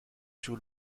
sur